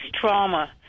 trauma